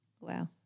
Wow